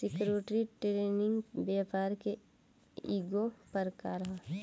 security trading व्यापार के ईगो प्रकार ह